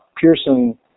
Pearson